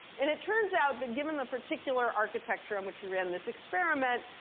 and it turns out that given the particular architecture in which we ran this experiment,